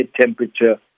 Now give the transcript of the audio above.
temperature